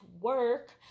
work